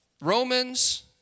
Romans